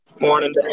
morning